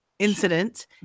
incident